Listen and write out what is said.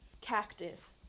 Cactus